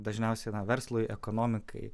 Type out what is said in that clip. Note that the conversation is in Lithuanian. dažniausiai na verslui ekonomikai